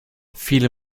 viele